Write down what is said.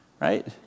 right